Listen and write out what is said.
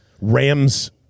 Rams